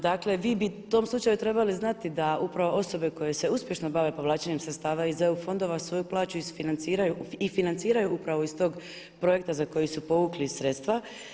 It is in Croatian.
Dakle vi bi u tom slučaju trebali znati da upravo osobe koje se uspješno bave povlačenjem sredstava iz EU fondova svoju plaću isfinanciraju i financiraju upravo iz toga projekta za koji su povukli sredstva.